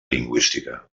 lingüística